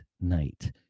night